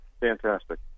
Fantastic